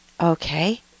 Okay